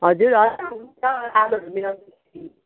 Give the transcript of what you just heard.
हजुर होइन हुन्छ आलुहरू मिलाउँदा